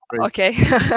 Okay